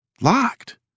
Locked